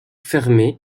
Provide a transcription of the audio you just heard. fermée